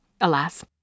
alas